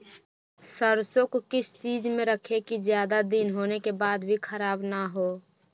सरसो को किस चीज में रखे की ज्यादा दिन होने के बाद भी ख़राब ना हो?